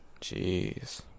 Jeez